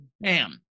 bam